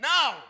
Now